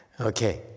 Okay